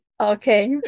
Okay